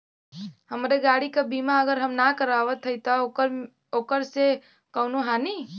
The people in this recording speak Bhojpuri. हमरे गाड़ी क बीमा अगर हम ना करावत हई त ओकर से कवनों हानि?